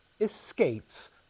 escapes